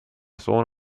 sohn